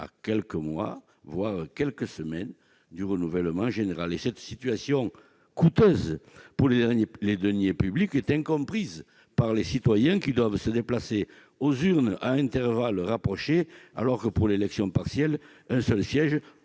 à quelques mois voire quelques semaines du renouvellement général et cette situation coûteuse pour les derniers, les deniers publics est incomprise par les citoyens qui doivent se déplacer aux urnes à intervalles rapprochés alors que pour l'élection partielle un seul siège